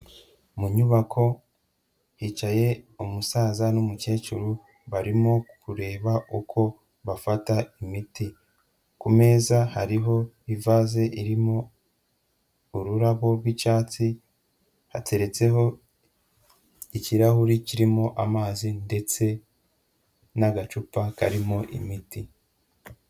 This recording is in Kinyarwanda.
Mu nyubako hicaye umusaza n'umukecuru, barimo kureba uko bafata imiti, ku meza hariho ivaze irimo ururabo rw'icyatsi, hateretseho ikirahuri kirimo amazi ndetse n'agacupa karimo imiti.